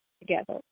together